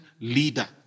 leader